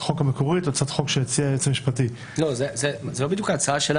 זה לא כמו שמישהו נמצא באולם,